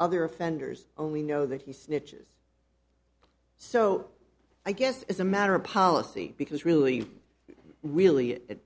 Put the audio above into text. other offenders only know that he snitches so i guess it's a matter of policy because really really at